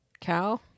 Cow